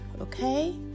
okay